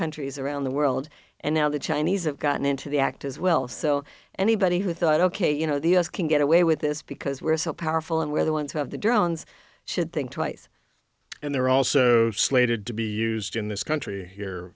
countries around the world and now the chinese have gotten into the act as well so anybody who thought ok you know the u s can get away with this because we're so powerful and we're the ones who have the drones should think twice and they're also slated to be used in this country